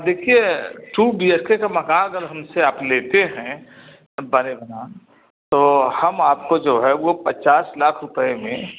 देखिए two B H K का मकान अगर हम से आप लेते हैं तो हम आपको जो है वो पचास लाख रुपये में